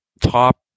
top